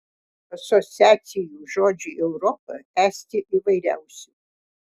asociacijų žodžiui europa esti įvairiausių